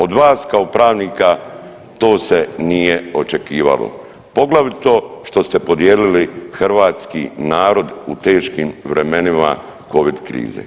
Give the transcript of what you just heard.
Od vas kao pravnika to se nije očekivalo poglavito što ste podijelili hrvatski narod u teškim vremenima Covid krize.